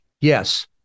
Yes